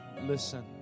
listen